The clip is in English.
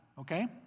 okay